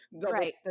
Right